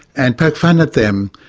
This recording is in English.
and poke fun at them.